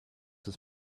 his